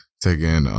taking